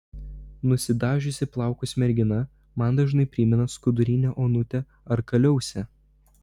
nusidažiusi plaukus mergina man dažnai primena skudurinę onutę ar kaliausę